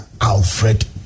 Alfred